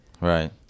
Right